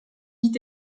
vite